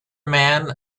man